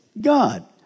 God